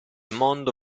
mondo